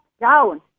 down